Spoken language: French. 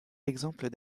exemple